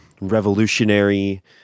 revolutionary